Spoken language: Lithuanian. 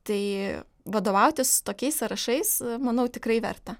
tai vadovautis tokiais sąrašais manau tikrai verta